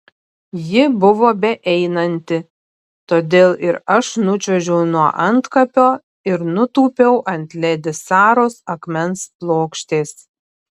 ji buvo beeinanti todėl ir aš nučiuožiau nuo antkapio ir nutūpiau ant ledi saros akmens plokštės